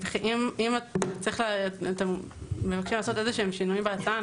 אם אתם מבקשים לעשות איזשהם שינויים בהצעה,